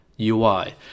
UI